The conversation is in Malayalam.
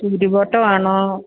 ചുരിബോട്ടം ആണോ